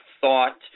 thought